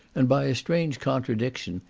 and by a strange contradiction,